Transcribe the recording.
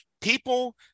people